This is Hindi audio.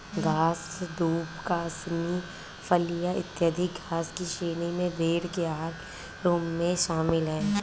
घास, दूब, कासनी, फलियाँ, इत्यादि घास की श्रेणी में भेंड़ के आहार के रूप में शामिल है